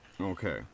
Okay